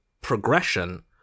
progression